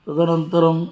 तदनन्तरं